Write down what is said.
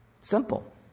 Simple